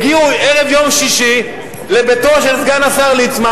הגיעו ערב יום שישי לביתו של סגן השר ליצמן